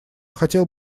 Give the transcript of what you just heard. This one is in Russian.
хотел